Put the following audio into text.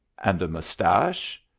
and a moustache?